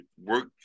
work